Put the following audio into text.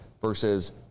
versus